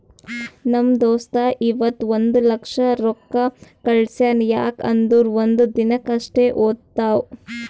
ನಮ್ ದೋಸ್ತ ಇವತ್ ಒಂದ್ ಲಕ್ಷ ರೊಕ್ಕಾ ಕಳ್ಸ್ಯಾನ್ ಯಾಕ್ ಅಂದುರ್ ಒಂದ್ ದಿನಕ್ ಅಷ್ಟೇ ಹೋತಾವ್